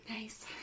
Nice